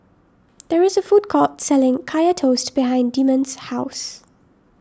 there is a food court selling Kaya Toast behind Demond's house